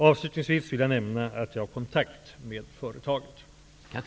Avslutningsvis vill jag nämna att jag har kontakt med företaget.